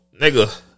Nigga